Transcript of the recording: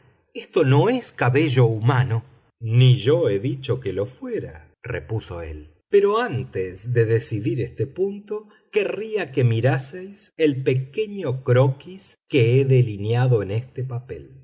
esto no es cabello humano ni yo he dicho que lo fuera repuso él pero antes de decidir este punto querría que miraseis el pequeño croquis que he delineado en este papel